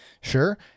Sure